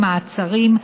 מעצרים)